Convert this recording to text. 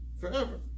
forever